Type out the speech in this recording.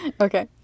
Okay